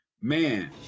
Man